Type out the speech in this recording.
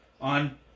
on